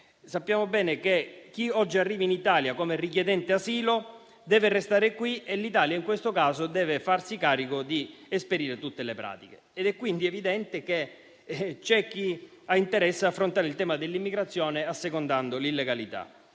Sappiamo bene che chi oggi arriva in Italia come richiedente asilo deve restare qui e che l'Italia in questo caso deve farsi carico di esperire tutte le pratiche. È quindi evidente che c'è chi ha interesse ad affrontare il tema dell'immigrazione assecondando l'illegalità.